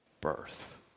birth